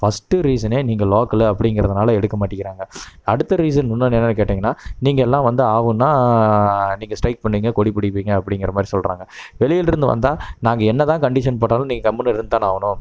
first ரீசனே நீங்கள் local அப்படிங்கிறதுனால எடுக்க மாட்டேங்கிறாங்க அடுத்த ரீசன் இன்னொன்று என்னான்னு கேட்டிங்கன்னால் நீங்கள் எல்லாம் வந்து ஆஊன்னால் நீங்கள் ஸ்டைக் பண்ணுவிங்க கொடி பிடிப்பிங்க அப்படிங்கிறமாரி சொல்லுறாங்க வெளியிலேருந்து வந்தால் நாங்கள் என்னதான் கண்டீஷன் போட்டாலும் நீங்கள் கம்முனு இருந்துதானே ஆகணும்